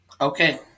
okay